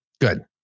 Good